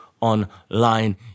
online